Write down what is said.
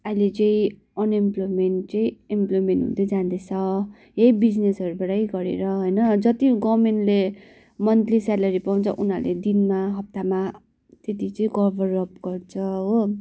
अहिले चाहिँ अनइम्प्लोयमेन्ट चाहिँ इम्प्लोयमेन्ट हुँदै जाँदैछ यही बिजनेसहरूबाटै गरेर होइन जति गभर्मेन्टले मन्थली सेलरी पाउँछ उनीहरूले दिनमा हप्तामा त्यति चाहिँ कभरअप गर्छ हो